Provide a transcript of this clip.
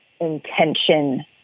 intention